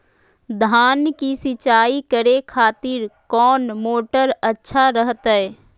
धान की सिंचाई करे खातिर कौन मोटर अच्छा रहतय?